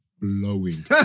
Blowing